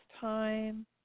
time